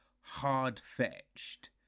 hard-fetched